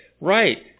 Right